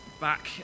Back